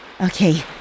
Okay